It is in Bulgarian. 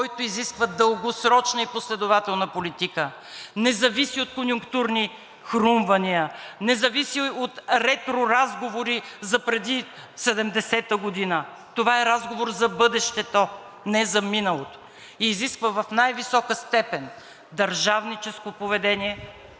който изисква дългосрочна и последователна политика, не зависи от конюнктурни хрумвания, не зависи от ретро разговори за преди 70-та година. Това е разговор за бъдещето, не за миналото и изисква в най-висока степен държавническо поведение